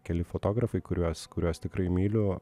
keli fotografai kuriuos kuriuos tikrai myliu